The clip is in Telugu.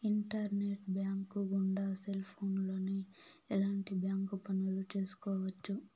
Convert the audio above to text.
ఇంటర్నెట్ బ్యాంకు గుండా సెల్ ఫోన్లోనే ఎలాంటి బ్యాంక్ పనులు చేసుకోవచ్చు